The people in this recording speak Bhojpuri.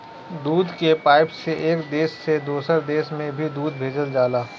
दूध के पाइप से एक देश से दोसर देश में भी दूध भेजल जाला